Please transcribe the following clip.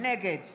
נגד